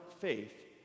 faith